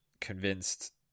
convinced